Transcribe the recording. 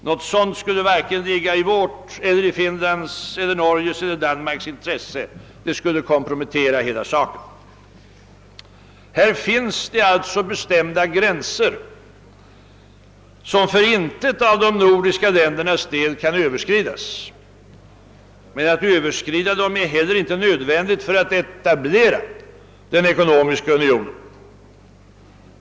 Något sådant skulle varken ligga i vårt, i Finlands, i Norges eller i Danmarks intresse. Det skulle kompromettera hela saken. Det finns alltså härvidlag bestämda gränser som för intet av de nordiska ländernas del kan överskridas. Men att överskrida dem är heller inte nödvändigt för att etablera en ekonomisk union.